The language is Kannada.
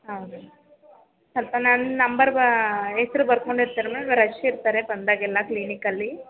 ಹೌದಾ ಸ್ವಲ್ಪ ನನ್ನ ನಂಬರ್ ಬಾ ಹೆಸ್ರು ಬರ್ಕೊಂಡಿರ್ತೀರಾ ಮ್ಯಾಮ್ ರಶ್ ಇರ್ತಾರೆ ಬಂದಾಗ್ಲೆಲ್ಲ ಕ್ಲಿನಿಕ್ಕಲ್ಲಿ